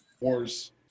Wars